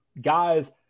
guys –